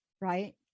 right